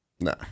Nah